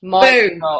Boom